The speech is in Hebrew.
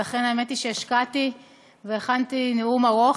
ולכן האמת היא שהשקעתי והכנתי נאום ארוך.